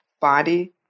body